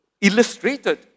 illustrated